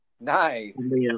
Nice